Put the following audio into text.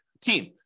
team